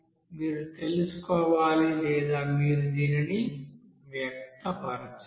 మీరు తెలుసుకోవాలి లేదా మీరు దీనిని వ్యక్తపరచాలి